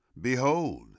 Behold